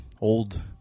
old